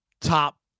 top